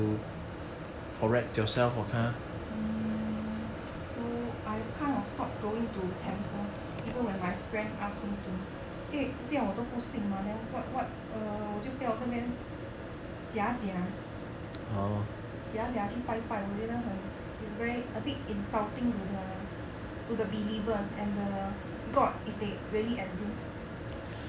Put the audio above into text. um so I kind of stop going to temple even when my friends ask me to 因为这样我都不信吗 then what what err 我就不要在那边假假假假去拜拜我觉得很 it's very a bit insulting to the believers and the god if they really exist